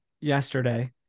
yesterday